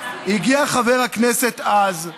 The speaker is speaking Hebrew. הגיע חבר הכנסת אז,